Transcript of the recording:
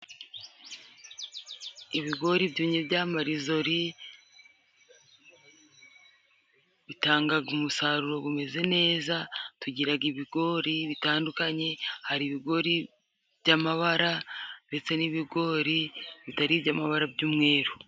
Ibigori byumye bya marizori, bitangaga umusaruro gumeze neza, tugiraga ibigori bitandukanye, hari ibigori by'amabara ndetse n'ibigori bitari iby'amabara by'umweru.